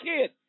kid